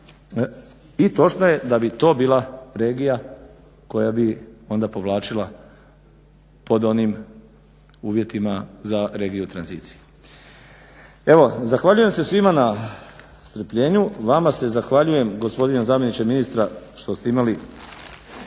I točno je da bi to bila regija koja bi onda povlačila pod onim uvjetima za regiju u tranziciji. Evo, zahvaljujem se svima na strpljenju. Vama se zahvaljujem gospodine zamjeniče ministra što ste imali